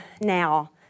now